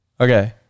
Okay